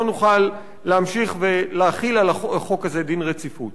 לא נוכל להמשיך ולהחיל על החוק הזה דין רציפות.